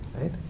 Right